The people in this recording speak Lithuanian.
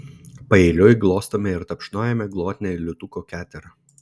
paeiliui glostome ir tapšnojame glotnią liūtuko keterą